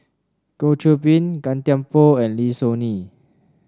Goh Qiu Bin Gan Thiam Poh and Lim Soo Ngee